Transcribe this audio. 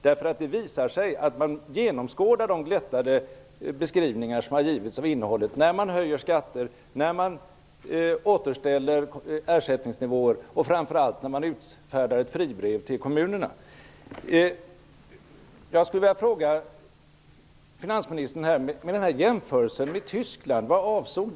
Det visar sig nämligen att man genomskådar de glättade beskrivningar av innehållet som har givits - när ni höjer skatter, när ni återställer ersättningsnivåer och, framför allt, när ni utfärdar ett fribrev till kommunerna. Jag skulle vilja fråga finansministern vad den här jämförelsen med Tyskland avsåg.